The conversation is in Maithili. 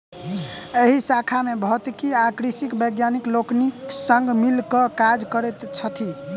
एहि शाखा मे भौतिकी आ कृषिक वैज्ञानिक लोकनि संग मिल क काज करैत छथि